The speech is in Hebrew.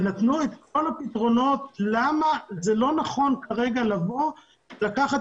ונתנו את כל הפתרונות למה זה לא נכון כרגע לבוא ולקחת